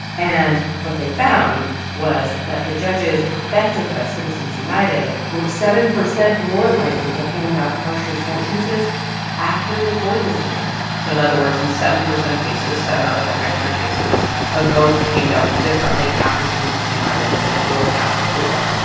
and what they found was that the judges affected by citizens united were seven percent more likely to hand out harsher sentences after the court decision so in other words, in seven percent of cases seven out of every one hundred cases a vote came down differently after citizens united than it would have before.